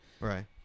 Right